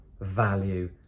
value